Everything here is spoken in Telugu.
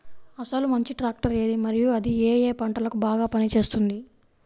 అసలు మంచి ట్రాక్టర్ ఏది మరియు అది ఏ ఏ పంటలకు బాగా పని చేస్తుంది?